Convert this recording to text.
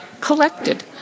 collected